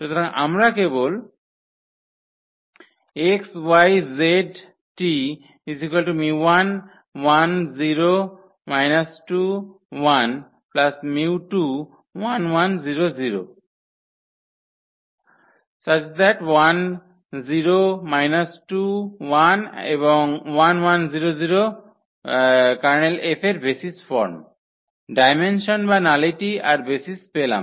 সুতরাং আমরা কেবল ডায়মেনসন বা নালিটি আর বেসিস পেলাম